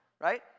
right